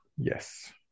Yes